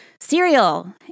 cereal